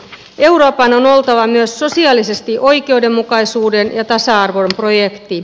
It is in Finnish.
euroopan on oltava myös sosiaalisen oikeudenmukaisuuden ja tasa arvon projekti